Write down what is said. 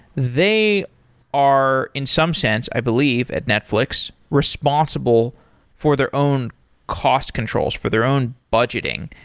they are in some sense i believe at netflix, responsible for their own cost controls, for their own budgeting.